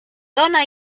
dona